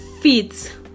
feet